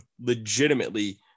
legitimately